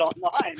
online